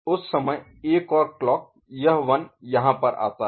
उस समय एक और क्लॉक यह 1 यहाँ पर आता है